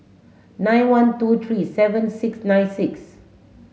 nine one two three seven six nine six